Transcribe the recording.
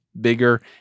bigger